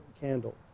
candle